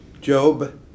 Job